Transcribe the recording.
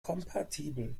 kompatibel